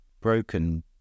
broken